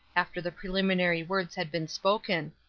after the preliminary words had been spoken.